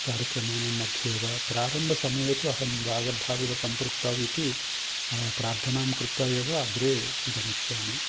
कार्यक्रमाणां मध्ये वा प्रारम्भसमये तु अहं वागर्थाविव सम्पृक्तौ इति प्रार्थनां कृत्वा एव अग्रे गमिष्यामि